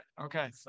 Okay